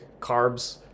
carbs